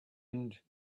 and